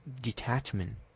detachment